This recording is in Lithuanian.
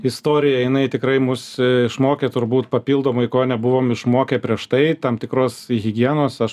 istorija jinai tikrai mus išmokė turbūt papildomai ko nebuvom išmokę prieš tai tam tikros higienos aš